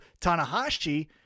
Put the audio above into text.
tanahashi